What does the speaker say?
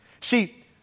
See